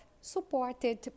supported